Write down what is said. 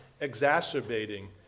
exacerbating